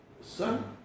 Son